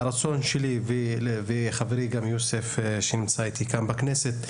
והרצון שלי וחברי גם יוסף שנמצא איתי כאן בכנסת,